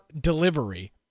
delivery